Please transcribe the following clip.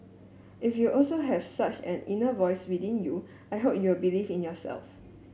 if you also have such an inner voice within you I hope you'll believe in yourself